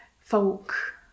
folk